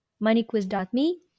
MoneyQuiz.me